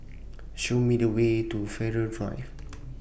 Show Me The Way to Farrer Drive